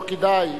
לא כדאי.